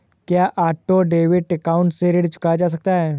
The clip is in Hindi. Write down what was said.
क्या ऑटो डेबिट अकाउंट से ऋण चुकाया जा सकता है?